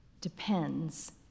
depends